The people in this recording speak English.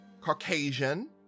Caucasian